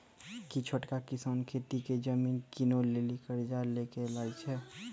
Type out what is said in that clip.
कि छोटका किसान खेती के जमीन किनै लेली कर्जा लै के लायक छै?